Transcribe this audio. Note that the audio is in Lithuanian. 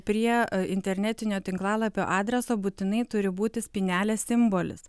prie internetinio tinklalapio adreso būtinai turi būti spynelės simbolis